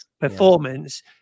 performance